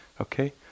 okay